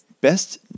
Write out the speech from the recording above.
best